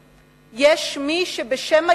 יש מי שבשם היהדות